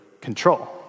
control